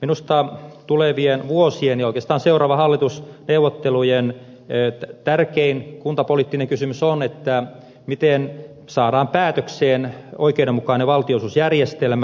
minusta tulevien vuosien ja oikeastaan seuraavien hallitusneuvottelujen tärkein kuntapoliittinen kysymys on miten saadaan päätökseen oikeudenmukainen valtionosuusjärjestelmä